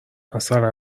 مثلا